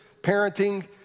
parenting